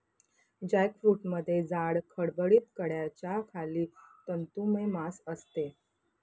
जॅकफ्रूटमध्ये जाड, खडबडीत कड्याच्या खाली तंतुमय मांस असते